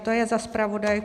To je za zpravodajku.